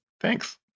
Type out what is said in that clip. Thanks